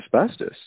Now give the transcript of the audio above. asbestos